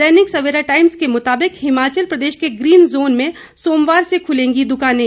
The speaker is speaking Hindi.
दैनिक सवेरा टाइम्स के मुताबिक हिमाचल प्रदेश के ग्रीन जोन में सोमवार से खुलेंगी दुकानें